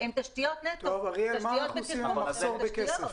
תשתיות נטו, תשתיות בטיחות אבל תשתיות.